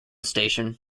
station